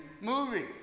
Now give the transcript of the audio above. movies